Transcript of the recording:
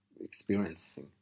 experiencing